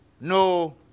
no